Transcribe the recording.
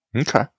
Okay